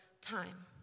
time